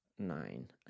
Nine